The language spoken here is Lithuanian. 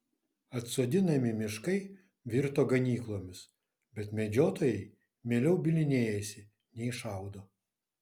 atsodinami miškai virto ganyklomis bet medžiotojai mieliau bylinėjasi nei šaudo